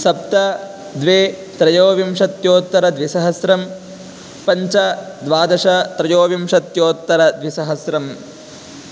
सप्त द्वे त्रयोविंशत्युत्तरद्विसहस्रं पञ्च द्वादश त्रयोविंशत्युत्तरद्विसहस्रम्